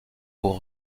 aux